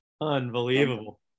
Unbelievable